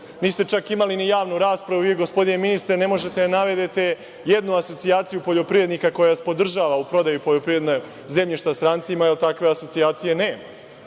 niste imali čak ni javnu raspravu. Vi, gospodine ministre, ne možete da navedete jednu asocijaciju poljoprivrednika koja vas podržava u prodaji poljoprivrednog zemljišta strancima. Takve asocijacije nema.